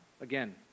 again